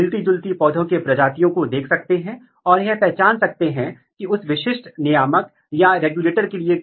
genetic interaction तो जैसा कि मैंने कहा कि आप या तो उन मोडीफायर की पहचान कर सकते हैं जो या तो सप्रेशर या इनहैंसर हो सकते हैं